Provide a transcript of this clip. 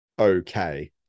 okay